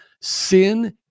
sin